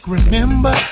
Remember